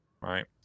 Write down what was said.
right